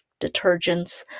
detergents